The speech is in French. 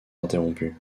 interrompues